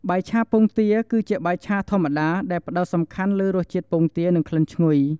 បាយឆាពងទាគឺជាបាយឆាធម្មតា ដែលផ្តោតសំខាន់លើរសជាតិពងទា និងក្លិនឈ្ងុយ។